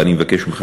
ואני מבקש ממך,